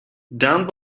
down